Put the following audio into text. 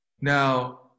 Now